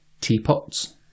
teapots